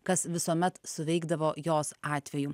kas visuomet suveikdavo jos atveju